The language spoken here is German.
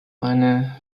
eine